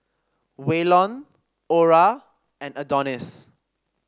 Waylon Orah and Adonis